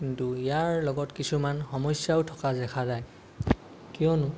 কিন্তু ইয়াৰ লগত কিছুমান সমস্যাও থকা দেখা যায় কিয়নো